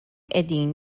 qegħdin